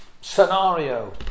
scenario